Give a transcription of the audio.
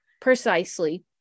precisely